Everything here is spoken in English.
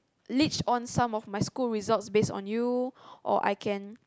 leech on some of my school results based on you